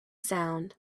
sound